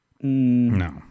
No